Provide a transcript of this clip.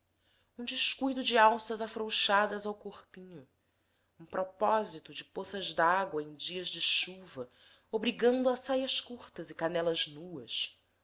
um descuido de alças afrouxadas ao corpinho um propósito de poças dágua em dias de chuva obrigando a saias curtas e canelas nuas